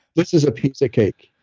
this is a piece of cake.